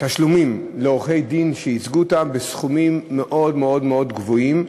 ותשלומים לעורכי-דין שייצגו אותם בסכומים מאוד מאוד גבוהים.